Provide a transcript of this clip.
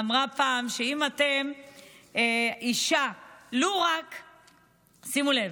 אמרה פעם, שימו לב: